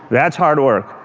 that's hard work.